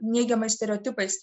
neigiamas stereotipais